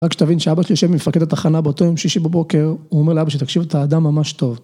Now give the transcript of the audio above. רק כשתבין שאבא שלי יושב מפקד התחנה באותו יום שישי בבוקר, הוא אומר לאבא שלי, תקשיב אתה אדם ממש טוב.